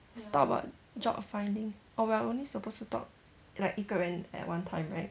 let's talk about job finding oh we are only supposed to talk like 一个人 at one time right